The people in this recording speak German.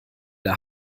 der